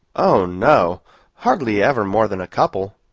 oh, no hardly ever more than a couple.